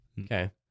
Okay